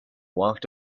walked